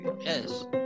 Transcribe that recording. Yes